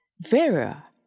Vera